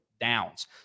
downs